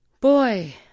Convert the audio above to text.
boy